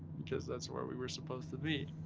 because that's where we were supposed to be.